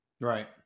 Right